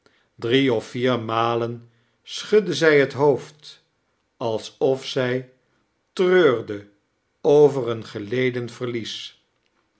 drie of vier malen schudde zij het hoofd alsof zij treurde over een geleden veriaes